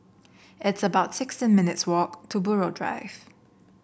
it's about sixteen minutes' walk to Buroh Drive